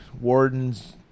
Warden's